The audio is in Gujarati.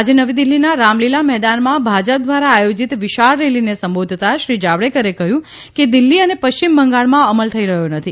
આજે નવી દિલ્હીના રામલીલા મેદાનમાં ભાજપ ધ્વારા આયોજીત વિશાળ રેલીને સંબોધતા શ્રી જાવડેકરે કહયું કે દિલ્હી અને પશ્ચિમ બંગાળમાં અમલ થઇ રહયો નથી